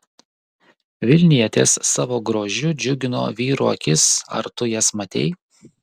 vilnietės savo grožiu džiugino vyrų akis ar tu jas matei